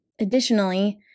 Additionally